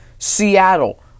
Seattle